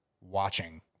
watching